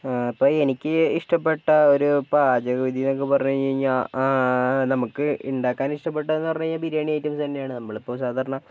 ഇപ്പോൾ എനിക്ക് ഇഷ്ടപ്പെട്ട ഒരു പാചക വിധി എന്ന് ഒക്കെ പറഞ്ഞ് കഴിഞ്ഞാൽ നമുക്ക് ഉണ്ടാക്കാൻ ഇഷ്ട്ടപ്പെട്ട എന്ന് പറഞ്ഞാൽ ബിരിയാണി ഐറ്റംസ് തന്നെയാണ് നമ്മള് ഇപ്പോൾ സാധാരണ